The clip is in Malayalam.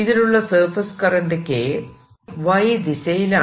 ഇതിലുള്ള സർഫേസ് കറന്റ് K Y ദിശയിലാണ്